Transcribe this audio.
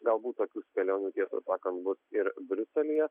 galbūt tokių spėlionių tiesą sakant bus ir briuselyje